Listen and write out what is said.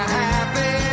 happy